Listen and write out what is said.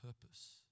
purpose